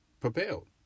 propelled